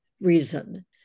reason